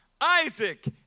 Isaac